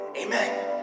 Amen